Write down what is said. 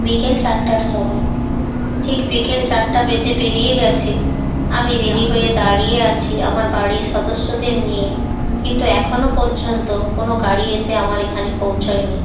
বিকেল চারটার সময় ঠিক বিকেল চারটা বেজে পেরিয়ে গেছে আমি রেডি হয়ে দাঁড়িয়ে আছি আমার বাড়ির সদস্যদের নিয়ে কিন্তু এখনও পর্যন্ত কোনও গাড়ি এসে আমার এখানে পৌঁছোয়নি